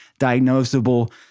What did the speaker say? diagnosable